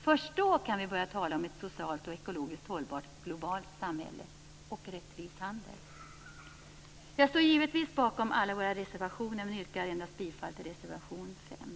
Först då kan vi börja tala om ett socialt och ekologiskt hållbart globalt samhälle och en rättvis handel. Jag står givetvis bakom alla våra reservationer men yrkar bifall endast till reservation 5.